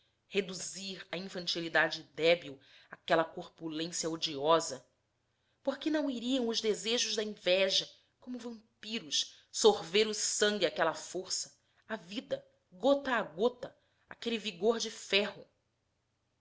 reduzir a infantilidade débil aquela corpulência odiosa por que não iriam os desejos da inveja como vampiros sorver o sangue àquela força a vida gota a gota àquele vigor de ferro